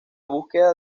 búsqueda